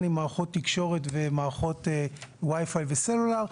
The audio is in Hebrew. עם מערכות תקשורת ומערכות wi-fi וסלולר.